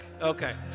Okay